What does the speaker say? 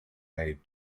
made